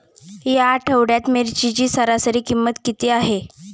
या आठवड्यात मिरचीची सरासरी किंमत किती आहे?